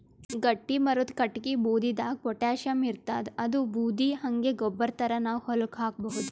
ಗಟ್ಟಿಮರದ್ ಕಟ್ಟಗಿ ಬೂದಿದಾಗ್ ಪೊಟ್ಯಾಷಿಯಂ ಇರ್ತಾದ್ ಅದೂ ಬೂದಿ ಹಂಗೆ ಗೊಬ್ಬರ್ ಥರಾ ನಾವ್ ಹೊಲಕ್ಕ್ ಹಾಕಬಹುದ್